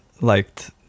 liked